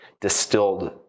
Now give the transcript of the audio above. distilled